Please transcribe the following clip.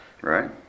Right